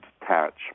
detach